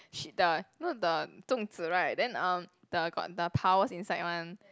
she the you know the Zhong-Zi right then um the got the powers inside one